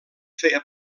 feia